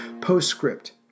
Postscript